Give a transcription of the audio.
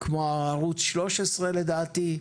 כמו ערוץ 13 לדעתי.